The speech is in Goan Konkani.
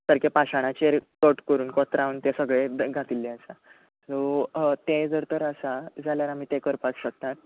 सारकें पाशाणाचेर कट करून कोतरावन तें सगळें द घातिल्लें आसा सो तें जर तर आसा जाल्यार आमी तें करपाक शकतात